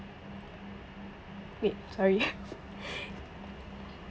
wait sorry